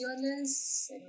fearless